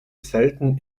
selten